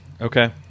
Okay